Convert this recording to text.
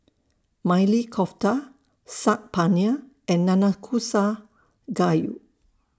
Maili Kofta Saag Paneer and Nanakusa Gayu